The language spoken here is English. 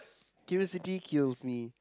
curiosity kills me